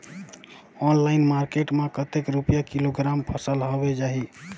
Online market मां कतेक रुपिया किलोग्राम फसल हवे जाही?